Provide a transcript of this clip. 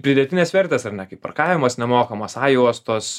pridėtinės vertės ar ne kaip parkavimas nemokamas a juostos